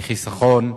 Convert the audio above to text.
בחיסכון,